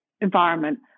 environment